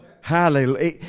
Hallelujah